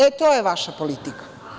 E, to je vaša politika.